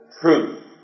truth